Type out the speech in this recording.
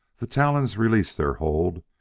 the talons released their hold,